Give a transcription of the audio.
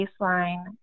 baseline